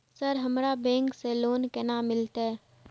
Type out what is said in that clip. Sir हमरा bank से loan केना मिलते?